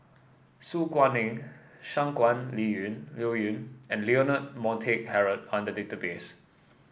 Su Guaning Shangguan Liyun Liuyun and Leonard Montague Harrod are in the database